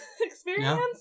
experience